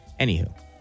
Anywho